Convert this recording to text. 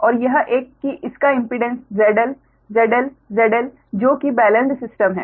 और यह एक की इसका इम्पीडेंस ZL ZL ZL जो की बेलेंस्ड सिस्टम है